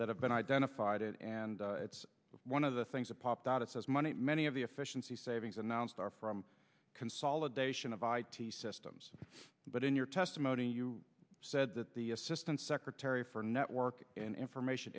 that have been identified and it's one of the things that popped out it says money many of the efficiency savings announced are from consolidation of i t systems but in your testimony you said that the assistant secretary for network and information